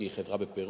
כי היא חברה בפירוק.